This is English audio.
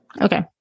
Okay